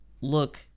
look